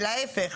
אלא להיפך.